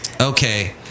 Okay